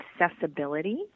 accessibility